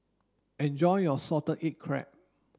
enjoy your salted egg crab